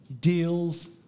deals